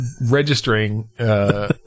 registering